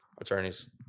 attorneys